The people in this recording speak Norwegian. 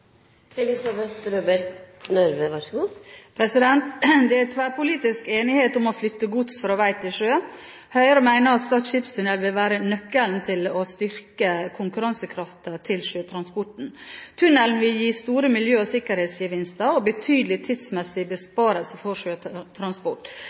Det er tverrpolitisk enighet om å flytte gods fra vei til sjø. Høyre mener at Stad skipstunnel vil være nøkkelen til å styrke konkurransekraften til sjøtransporten. Tunnelen vil gi store miljø- og sikkerhetsgevinster og betydelig tidsmessig